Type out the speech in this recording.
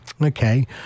Okay